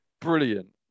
brilliant